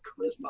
charisma